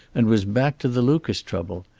and was back to the lucas trouble.